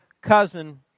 cousin